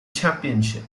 championship